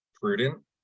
prudent